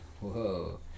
Whoa